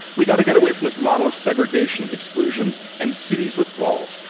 we've got to get away from this model of segregation, exclusion, and cities with walls.